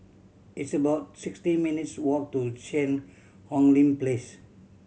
it's about sixty minutes' walk to Cheang Hong Lim Place